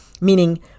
meaning